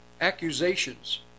accusations